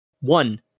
one